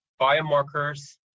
biomarkers